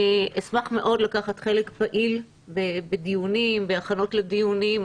אני אשמח מאוד לקחת חלק פעיל בדיונים ובהכנות לדיונים.